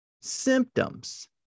symptoms